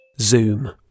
Zoom